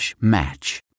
match